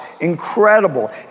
Incredible